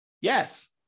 Yes